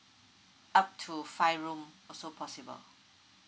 up to five room also possible